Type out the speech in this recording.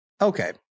Okay